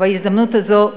ובהזדמנות זו,